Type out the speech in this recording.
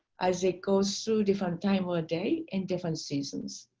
as it goes through different time or day in different seasons.